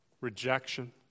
rejection